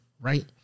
right